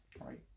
Right